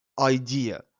idea